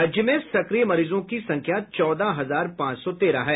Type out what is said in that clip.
राज्य में सक्रिय मरीजों की संख्या चौदह हजार पांच सौ तेरह है